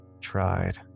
tried